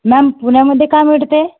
ma'am पुण्यामध्ये का मिळते